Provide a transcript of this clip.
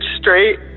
straight